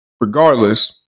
regardless